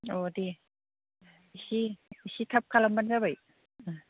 अह दे एसे एसे थाब खालामबानो जाबाय